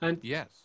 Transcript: Yes